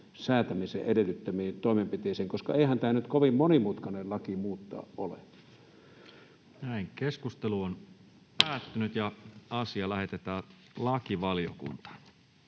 säätämisen edellyttämiin toimenpiteisiin, koska eihän tämä nyt kovin monimutkainen laki muuttaa ole. Lähetekeskustelua varten esitellään päiväjärjestyksen